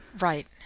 right